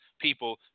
people